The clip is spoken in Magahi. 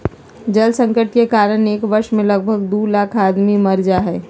जल संकट के कारण एक वर्ष मे लगभग दू लाख आदमी मर जा हय